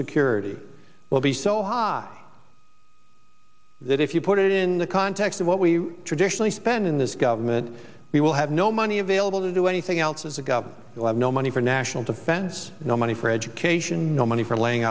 security will be so high that if you put it in the context of what we traditionally spend in this government we will have no money available to do anything else as a government will have no money for national defense no money for education no money for laying